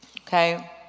okay